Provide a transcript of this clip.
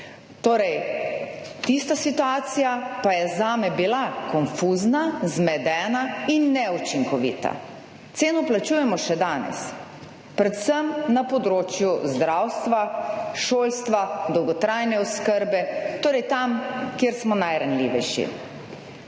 Torej tista situacija pa je zame bila konfuzna, zmedena in neučinkovita. Ceno plačujemo še danes. Predvsem na področju zdravstva, šolstva, dolgotrajne oskrbe, torej tam, kjer smo najranljivejši.